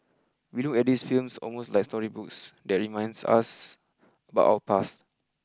we look at these films almost like storybooks that reminds us about our past